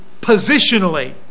positionally